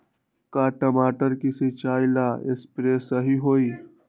का टमाटर के सिचाई ला सप्रे सही होई?